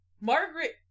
Margaret